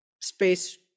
space